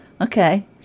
Okay